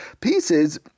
pieces